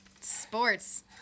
sports